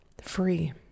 free